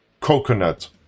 coconut